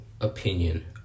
opinion